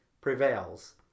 prevails